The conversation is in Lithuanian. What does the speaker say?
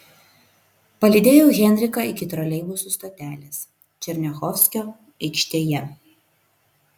palydėjau henriką iki troleibusų stotelės černiachovskio aikštėje